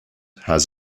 has